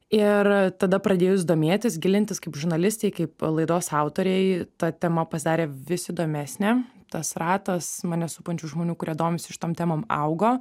ir tada pradėjus domėtis gilintis kaip žurnalistei kaip laidos autorei ta tema pasidarė vis įdomesnė tas ratas mane supančių žmonių kurie domisi šitom temom augo